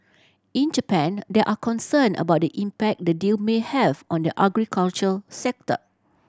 in Japan there are concern about the impact the deal may have on the agriculture sector